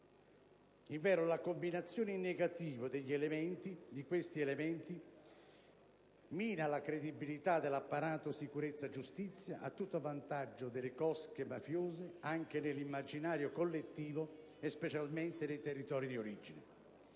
Invero la combinazione in negativo di questi elementi mina la credibilità dell'apparato sicurezza-giustizia a tutto vantaggio delle cosche mafiose, anche nell'immaginario collettivo e specialmente nei territori di origine.